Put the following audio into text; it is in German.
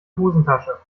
hosentasche